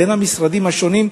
בין המשרדים השונים,